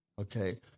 okay